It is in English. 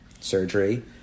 surgery